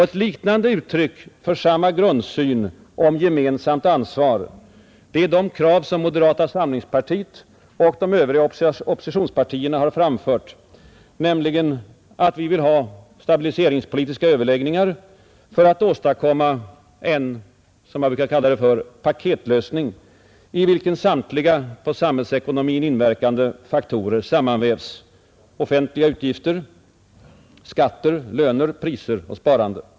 Ett liknande uttryck för samma grundsyn om gemensamt ansvar är de krav som moderata samlingspartiet och de övriga oppositionspartierna har framfört på stabiliseringspolitiska överläggningar för att åstadkomma en som jag brukar kalla det ”paketlösning” i vilken samtliga på samhällsekonomin inverkande faktorer sammanvävs, offentliga utgifter, skatter, löner, priser, sparande.